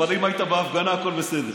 אבל אם היית בהפגנה הכול בסדר.